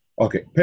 Okay